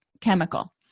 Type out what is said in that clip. chemical